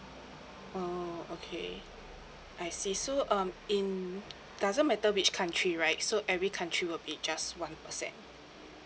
oh okay I see so um in doesn't matter which country right so every country will be just one percent